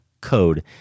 code